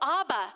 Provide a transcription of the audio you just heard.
abba